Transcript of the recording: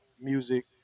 music